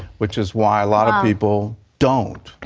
which is why a lot of people don't.